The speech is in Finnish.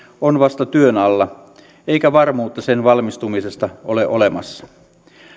on vasta työn alla eikä varmuutta sen valmistumisesta ole olemassa